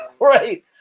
Right